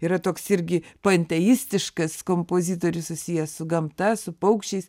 yra toks irgi panteistiškas kompozitorius susijęs su gamta su paukščiais